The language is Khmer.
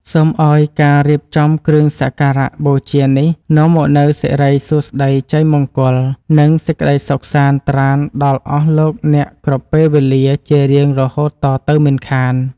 សូមឱ្យការរៀបចំគ្រឿងសក្ការៈបូជានេះនាំមកនូវសិរីសួស្តីជ័យមង្គល និង សេចក្តីសុខសាន្តត្រាណដល់អស់លោកអ្នកគ្រប់ពេលវេលាជារៀងរហូតតទៅមិនខាន។